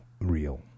real